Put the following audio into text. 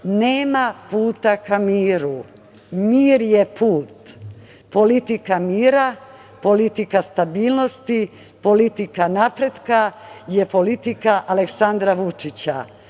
Nema puta ka miru, mir je put. Politika mira, politika stabilnosti, politika napretka, je politika Aleksandra Vučića.